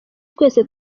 twese